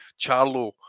Charlo